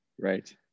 Right